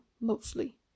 mostly